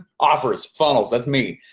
offers, funnels, that's me,